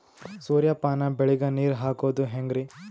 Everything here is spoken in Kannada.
ಸೂರ್ಯಪಾನ ಬೆಳಿಗ ನೀರ್ ಹಾಕೋದ ಹೆಂಗರಿ?